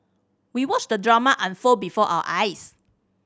we watched the drama unfold before our eyes